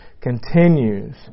continues